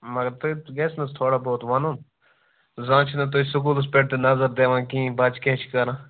مگر توتہِ گژھِ نہٕ سُہ تھوڑا بہت وَنُن زانٛہہ چھُنہٕ تُہۍ سکوٗلَس پیٚٹھ تہِ نَظر دِوان کِہیٖنٛۍ بَچہٕ کیٛاہ چھِ کَران